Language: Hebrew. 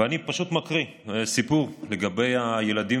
ואני פשוט מקריא את הסיפור לגבי הילדים